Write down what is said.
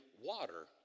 water